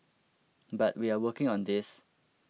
but we are working on this